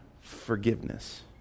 forgiveness